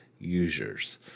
Users